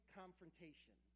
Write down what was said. confrontation